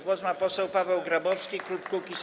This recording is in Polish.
Głos ma poseł Paweł Grabowski, klub Kukiz’15.